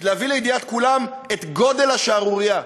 להביא לידיעת כולם את גודל השערורייה.